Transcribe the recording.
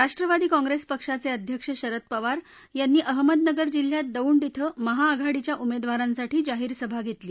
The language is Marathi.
राष्ट्रवादी काँप्रेस पक्षाचे अध्यक्ष शरद पवार यांनी अहमदनगर जिल्ह्यात दौंड इथं महाआघाडीच्या उमेदवारांसाठी जाहीर सभा घेतली